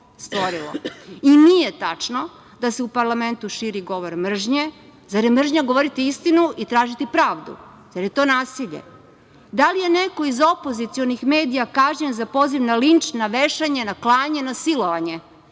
nije tačno da se u parlamentu širi govor mržnje. Zar je mržnja govoriti istinu i tražiti pravdu? Zar je to nasilje? Da li je neko iz opozicionih medija kažnjen za poziv na linč za vešanje, na klanje, na silovanje?